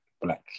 black